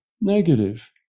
negative